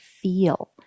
feel